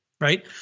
right